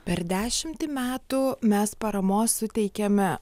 per dešimtį metų mes paramos suteikiame